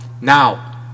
now